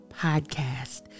podcast